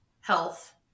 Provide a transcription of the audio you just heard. health